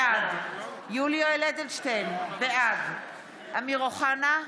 בעד יולי יואל אדלשטיין, בעד אמיר אוחנה,